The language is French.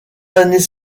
années